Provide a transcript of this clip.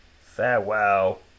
farewell